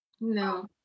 no